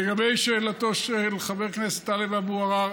לגבי שאלתו של חבר הכנסת טלב אבו עראר,